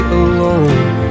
alone